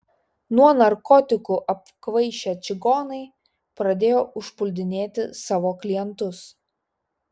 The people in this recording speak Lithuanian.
nuo narkotikų apkvaišę čigonai pradėjo užpuldinėti savo klientus